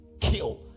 kill